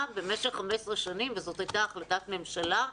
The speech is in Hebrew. במשך 15 שנים וזו הייתה החלטת ממשלה.